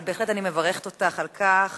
אבל בהחלט אני מברכת אותך על כך